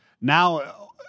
now